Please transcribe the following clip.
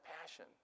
passion